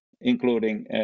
including